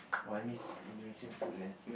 !wah! I miss Indonesian food leh